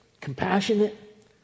compassionate